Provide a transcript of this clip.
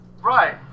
Right